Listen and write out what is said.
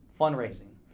fundraising